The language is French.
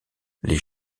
les